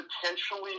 potentially